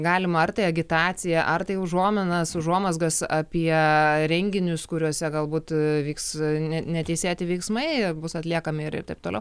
galimą ar tai agitaciją ar tai užuominas užuomazgas apie renginius kuriuose galbūt vyks ne neteisėti veiksmai bus atliekami ir taip toliau